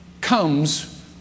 comes